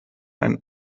ein